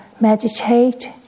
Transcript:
meditate